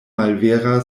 malvera